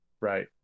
Right